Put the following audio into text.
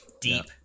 deep